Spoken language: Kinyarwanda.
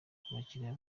abakiriya